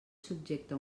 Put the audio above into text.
subjecte